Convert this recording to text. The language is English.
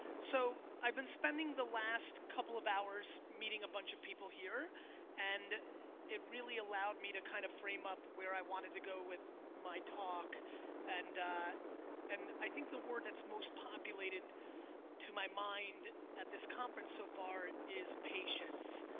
so i've been spending the last couple of hours meeting a bunch of people here and it really allowed me to kind of frame up where i wanted to go with my talk and and i think the word that's most populated to my mind at this conference so far is patience.